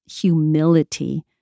humility